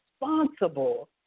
responsible